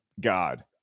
God